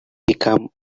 become